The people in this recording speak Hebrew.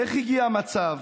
איך הגיע מצב